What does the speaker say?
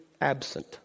absent